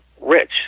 rich